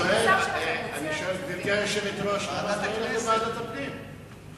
למה לא לוועדת הפנים?